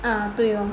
啊对 orh